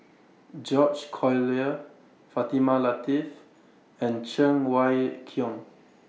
George Collyer Fatimah Lateef and Cheng Wai Keung